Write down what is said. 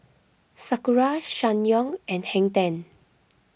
Sakura Ssangyong and Hang ten